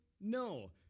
No